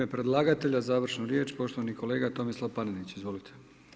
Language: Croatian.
U ime predlagatelja završnu riječ poštovani kolega Tomislav Panenić, izvolite.